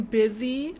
busy